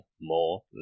more